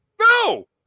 No